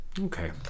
okay